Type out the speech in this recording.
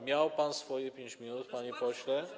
Miał pan swoje 5 minut, panie pośle.